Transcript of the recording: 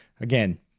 Again